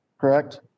correct